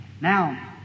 Now